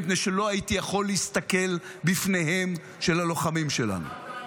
מפני שלא הייתי יכול להסתכל בפניהם של הלוחמים שלנו.